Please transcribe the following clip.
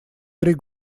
три